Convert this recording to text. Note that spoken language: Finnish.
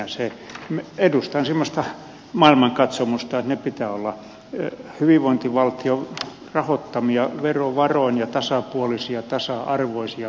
edustan semmoista maailmankatsomusta että niiden pitää olla hyvinvointivaltion rahoittamia verovaroin ja tasapuolisia tasa arvoisia kaikille